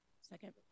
Second